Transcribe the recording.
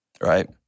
Right